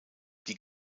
die